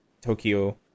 Tokyo